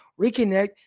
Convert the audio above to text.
reconnect